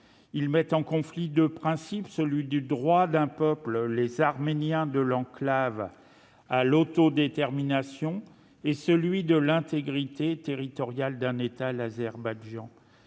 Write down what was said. Il oppose deux principes, celui du droit d'un peuple, les Arméniens de l'enclave, à l'autodétermination, et celui de l'intégrité territoriale d'un État, l'Azerbaïdjan.